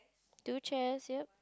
two chairs yep